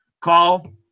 call